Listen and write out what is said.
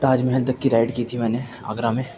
تاج محل تک کی رائڈ کی تھی میں نے آگرہ میں